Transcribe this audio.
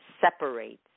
separates